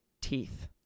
teeth